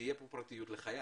שתהיה פה פרטיות לחייל.